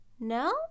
No